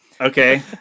Okay